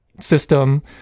system